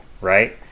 right